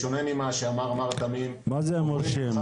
בשונה ממה שאמר מר תמים --- מה זה מורשים?